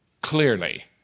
clearly